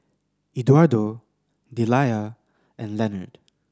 Eduardo Deliah and Leonard